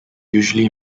usually